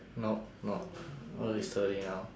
no no now it's thirty now